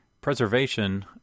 Preservation